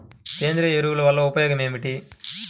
సేంద్రీయ ఎరువుల వల్ల ఉపయోగమేమిటీ?